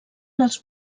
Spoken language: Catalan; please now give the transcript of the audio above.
dels